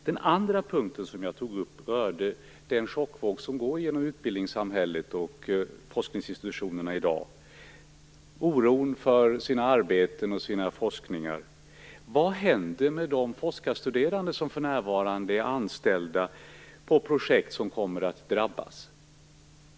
Det andra område som jag tog upp rörde den chockvåg som går igenom utbildningssamhället och forskningsinstitutionerna i dag och oron för arbeten och forskning. Vad händer med de forskarstuderande som för närvarande är anställda i projekt som kommer att drabbas?